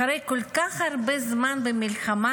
אחרי כל כך הרבה זמן במלחמה,